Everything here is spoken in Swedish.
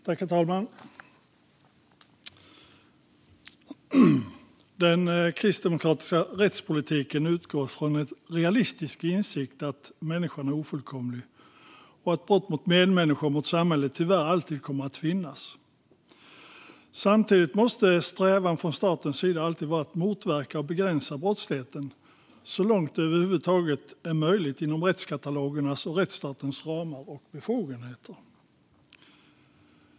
Herr talman! Den kristdemokratiska rättspolitiken utgår från en realistisk insikt att människan är ofullkomlig och att brott mot medmänniskor och mot samhället tyvärr alltid kommer att finnas. Samtidigt måste strävan från statens sida alltid vara att motverka och begränsa brottsligheten så långt det över huvud taget är möjligt inom rättighetskatalogernas och rättsstatens ramar och befogenheter.